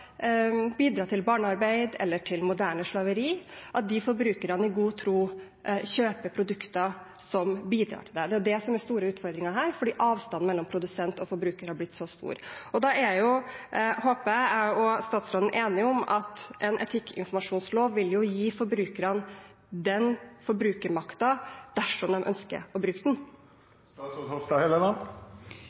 bidra til barnearbeid eller til moderne slaveri – at de forbrukerne i god tro kjøper produkter som bidrar til dette. Det er det som er den store utfordringen her, fordi avstanden mellom produsent og forbruker er blitt så stor. Da er – håper jeg – både jeg og statsråden enige om at en etikkinformasjonslov vil gi forbrukerne den forbrukermakten dersom de ønsker å bruke